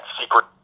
secret